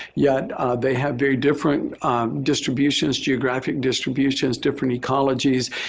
yet they have very different distributions, geographic distributions, different ecologies.